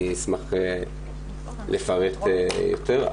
אני אשמח לפרט יותר,